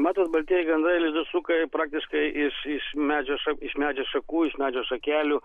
matot baltieji gandrai lizdus suka praktiškai iš iš medžio ša iš medžių šakų iš medžio šakelių